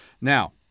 Now